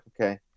okay